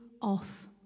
off